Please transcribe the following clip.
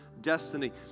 destiny